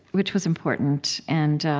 which was important. and